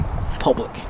public